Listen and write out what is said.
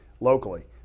locally